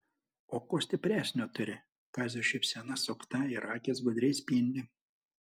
o ko stipresnio turi kazio šypsena sukta ir akys gudriai spindi